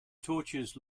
tortures